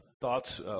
thoughts